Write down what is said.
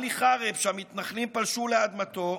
עלי חרב, שהמתנחלים פלשו לאדמתו,